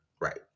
right